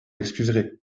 excuserez